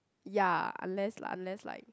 ya unless like unless like